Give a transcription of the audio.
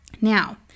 now